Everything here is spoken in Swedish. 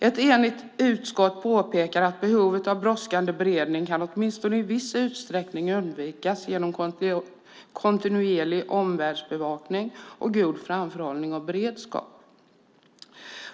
Ett enigt utskott påpekar att behovet av brådskande beredning kan, åtminstone i viss utsträckning, undvikas genom kontinuerlig omvärldsbevakning och god framförhållning och beredskap.